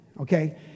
okay